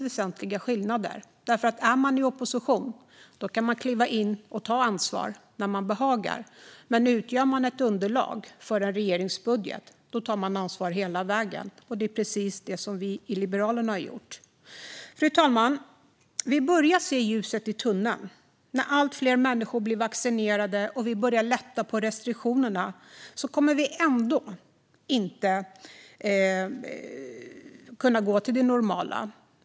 Är man i opposition kan man kliva in och ta ansvar när man behagar, men utgör man underlag för en regerings budget tar man ansvar hela vägen. Det är precis det vi i Liberalerna har gjort. Fru talman! Vi börjar se ljuset i tunneln. Men trots att allt fler människor blir vaccinerade och restriktionerna börjar lättas upp kommer vi inte att kunna återgå till det normala.